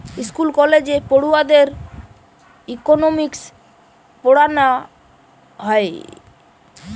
school কলেজে পড়ুয়াদের economics পোড়ানা হয়